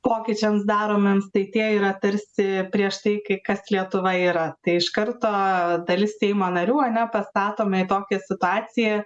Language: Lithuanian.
pokyčiams daromiems tai tie yra tarsi prieš tai kai kas lietuva yra tai iš karto dalis seimo narių ar ne pastatomi į tokią situaciją